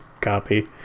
copy